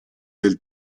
del